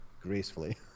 gracefully